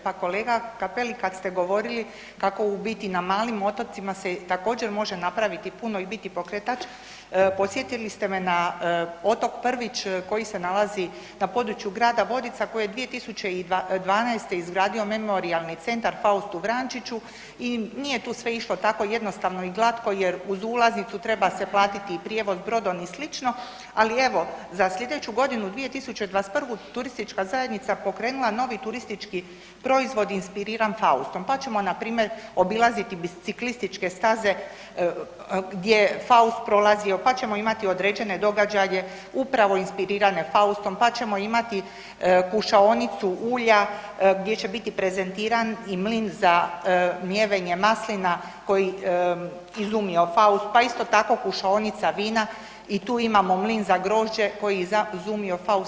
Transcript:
Pa kolega Cappelli, kad ste govorili kako u biti na malim otocima se također može napraviti puno i biti pokretač, podsjetili ste me na otok Prvić koji se nalazi na području grada Vodica koji je 2012. izgradio Memorijalni centar Faustu Vrančiću i nije tu sve išlo tako jednostavno i glatko jer uz ulaznicu treba se platiti i prijevoz brodom i slično, ali evo za slijedeću godinu, 2021. turistička zajednica je pokrenula novi turistički proizvod inspiriran Faustom pa ćemo npr. obilaziti biciklističke staze gdje Faust prolazio, pa ćemo imati određene događaje upravo inspirirane Faustom, pa ćemo imati kušaonicu ulja gdje će biti prezentiran i mlin za mljevenje maslina koji je izumio Faust, pa isto tako kušaonica vina i tu imamo mlin za grožđe koji je izumio Faust.